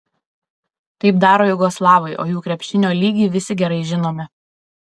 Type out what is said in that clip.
taip daro jugoslavai o jų krepšinio lygį visi gerai žinome